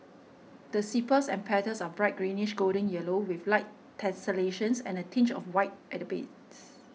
the sepals and petals are bright greenish golden yellow with light tessellations and a tinge of white at the base